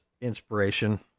inspiration